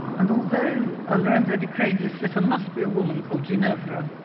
and although ah lorenzo di credi's sitter must be a woman called ginevra,